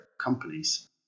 companies